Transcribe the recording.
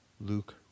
Luke